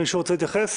מישהו רוצה להתייחס?